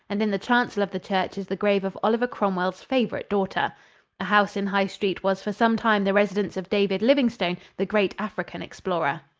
and in the chancel of the church is the grave of oliver cromwell's favorite daughter. a house in high street was for some time the residence of david livingstone, the great african explorer.